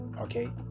Okay